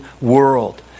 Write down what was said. world